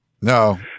No